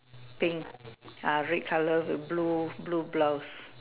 thing ya red colour with blue blue blouse